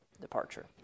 departure